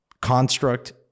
construct